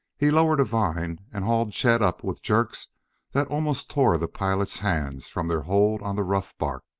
he lowered a vine and hauled chet up with jerks that almost tore the pilot's hands from their hold on the rough bark.